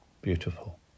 Beautiful